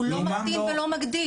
הוא לא מקטין ולא מגדיל.